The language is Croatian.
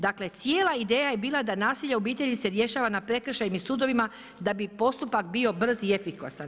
Dakle, cijela ideja je bila da nasilje u obitelji se rješava na prekršajnim sudovima da bi postupak bio brz i efikasan.